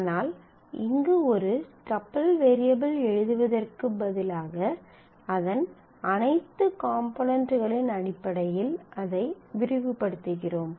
ஆனால் இங்கு ஒரு டப்பிள் வேரியபிள் எழுதுவதற்கு பதிலாக அதன் அனைத்து காம்போனென்ட்களின் அடிப்படையில் அதை விரிவுபடுத்துகிறோம்